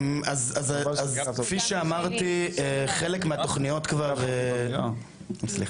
תודה